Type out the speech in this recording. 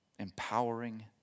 empowering